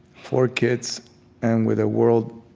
four kids and with a world